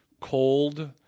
cold